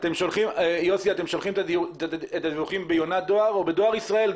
אתם שולחים את הדיווחים ביונת דואר או בדואר ישראל?